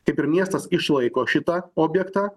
kaip ir miestas išlaiko šitą objektą